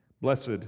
Blessed